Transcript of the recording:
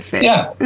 yeah!